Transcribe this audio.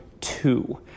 two